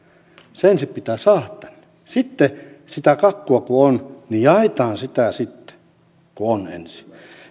se ensin pitää saada tänne sitten kun sitä kakkua on jaetaan sitä sitten kun on ensin